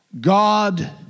God